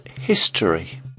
history